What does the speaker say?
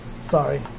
Sorry